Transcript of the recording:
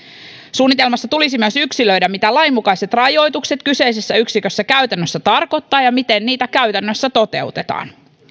suunnitelmassa tulisi myös yksilöidä mitä lainmukaiset rajoitukset kyseisessä yksikössä käytännössä tarkoittavat ja miten niitä käytännössä toteutetaan